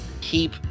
Keep